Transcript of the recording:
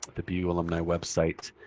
the bu alumni website.